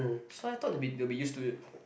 so I thought they'll be they'll be used to it